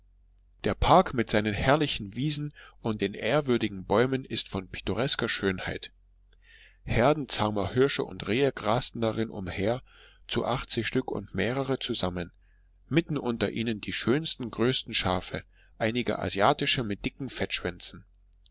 der park mit seinen herrlichen wiesen und den ehrwürdigen bäumen ist von pittoresker schönheit herden zahmer hirsche und rehe grasten darin umher zu achtzig stück und mehrere zusammen mitten unter ihnen die schönsten größten schafe einige asiatische mit dicken